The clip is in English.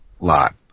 Lot